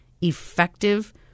effective